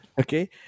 Okay